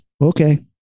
Okay